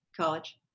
college